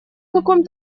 каком